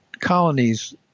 colonies